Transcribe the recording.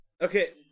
Okay